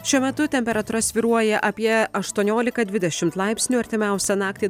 šiuo metu temperatūra svyruoja apie aštuoniolika dvidešimt laipsnių artimiausią naktį